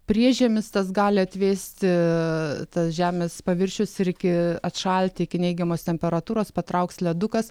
priežiemis tas gali atvėsti tas žemės paviršius irgi atšalti iki neigiamos temperatūros patrauks ledukas